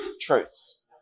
truths